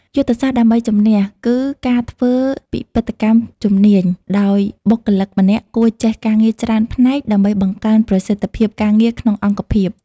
យុទ្ធសាស្ត្រដើម្បីជំនះគឺការធ្វើពិពិធកម្មជំនាញ ដោយបុគ្គលិកម្នាក់គួរចេះការងារច្រើនផ្នែកដើម្បីបង្កើនប្រសិទ្ធភាពការងារក្នុងអង្គភាព។